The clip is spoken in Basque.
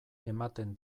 ematen